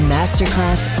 Masterclass